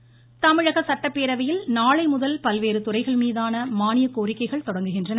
பேரவை தமிழக சட்டப்பேரவையில் நாளைமுதல் பல்வேறு துறைகள்மீதான மானிய கோரிக்கைகள் தொடங்குகிறது